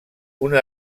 una